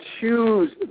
choose